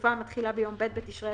לתקופה המתחילה ביום ב' בתשרי